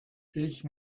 ich